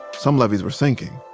some levees were sinking.